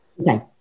Okay